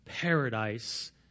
paradise